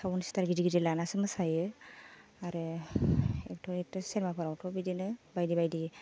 sound सिथार गिदिर गिदिर लानानैसो मोसायो आरो एक्टर एक्ट्रिस सेनेमाफोरावथ' बिदिनो बायदि बायदि